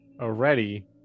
already